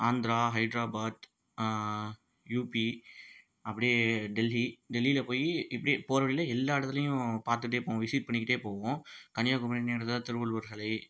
Andhra Hyderabad UP அப்படியே டெல்லி டெல்லியில் போய் இப்டேயே போகிற வழியிலே எல்லா இடத்துலையும் பார்த்துட்டே போவோம் விசிட் பண்ணிக்கிட்டே போவோம் கன்னியாகுமரின்னு எடுத்தால் திருவள்ளுர் சிலை